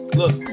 look